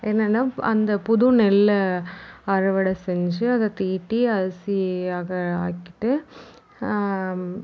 என்னென்னா அந்த புது நெல்லை அறுவடை செஞ்சு அதை தீட்டி அரிசி ஆக ஆக்கிவிட்டு